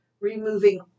removing